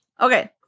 Okay